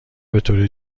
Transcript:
بطور